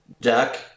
duck